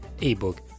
ebook